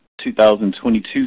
2022